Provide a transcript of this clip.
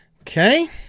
Okay